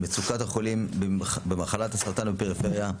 מצוקת החולים במחלת הסרטן בפרפריה,